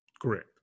Correct